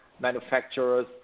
manufacturers